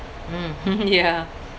mm yeah